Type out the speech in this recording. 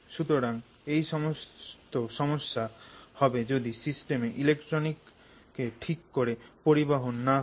সুতরাং এই সমস্ত সমস্যা হবে যদি সিস্টেম ইলেক্ট্রনকে ঠিক করে পরিবহন না করে